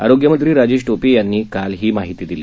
आरोग्यमंत्री राजेश टोपे यांनी काल ही माहिती दिली